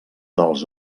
dels